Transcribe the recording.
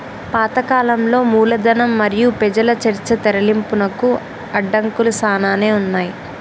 పాత కాలంలో మూలధనం మరియు పెజల చర్చ తరలింపునకు అడంకులు సానానే ఉన్నాయి